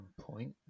point